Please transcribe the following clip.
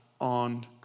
on